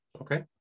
Okay